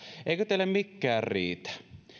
eikö teille mikään riitä